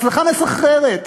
הצלחה מסחררת,